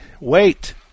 wait